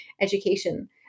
education